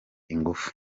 ingufu